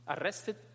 arrested